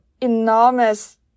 enormous